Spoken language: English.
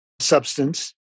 substance